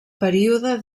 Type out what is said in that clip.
període